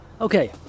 Okay